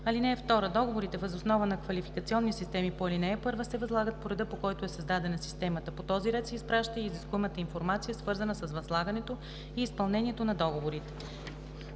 г. (2) Договорите въз основа на квалификационни системи по ал. 1 се възлагат по реда, по който е създадена системата. По този ред се изпраща и изискуемата информация, свързана с възлагането и изпълнението на договорите.“